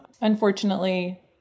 unfortunately